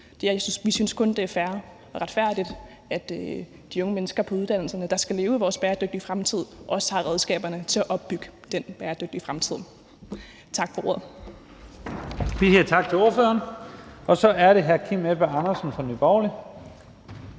Vi synes kun, det er fair og retfærdigt, at de unge mennesker på uddannelserne, der skal leve i vores bæredygtige fremtid, også har redskaberne til at opbygge den bæredygtige fremtid. Tak for ordet.